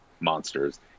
monsters